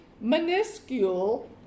minuscule